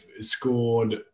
scored